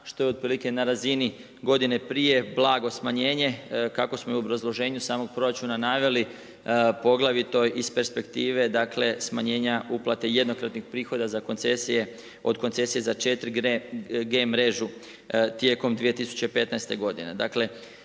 što je otprilike na razini godine prije blago smanjenje kako smo i u obrazloženju samog proračuna naveli poglavito iz perspektive, dakle smanjenja uplate jednokratnih prihoda za koncesije, od koncesije za 4 G mrežu tijekom 2015. godine.